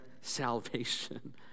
salvation